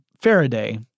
Faraday